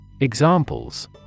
Examples